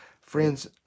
Friends